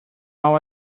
all